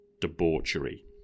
debauchery